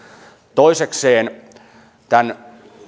toisekseen tämän